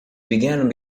began